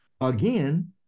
again